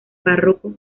párroco